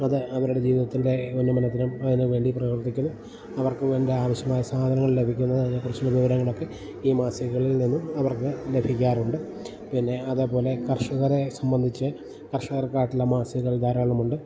അത് അവരുടെ ജീവിതത്തിൻ്റെ ഉന്നമനത്തിനും അതിന് വേണ്ടി പ്രവർത്തിക്കുന്നു അവർക്ക് വേണ്ട ആവശ്യമായ സാധനങ്ങൾ ലഭിക്കുന്ന അതിനെക്കുറിച്ച് വിവരങ്ങളൊക്കെ ഈ മാസികളിൽ നിന്നും അവർക്ക് ലഭിക്കാറുണ്ട് പിന്നെ അതേപോലെ കർഷകരെ സംബന്ധിച്ച് കർഷകർക്കായിട്ടുള്ള മാസികകൾ ധാരാളമുണ്ട്